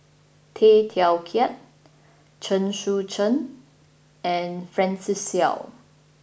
Tay Teow Kiat Chen Sucheng and Francis Seow